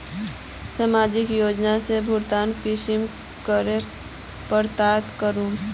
सामाजिक योजना से भुगतान कुंसम करे प्राप्त करूम?